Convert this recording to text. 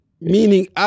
Meaning